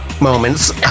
moments